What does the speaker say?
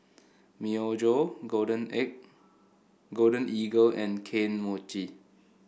Myojo Golden A Golden Eagle and Kane Mochi